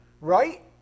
Right